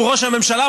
שהוא ראש הממשלה,